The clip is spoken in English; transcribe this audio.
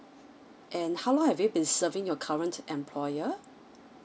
and how long have you been serving your current employer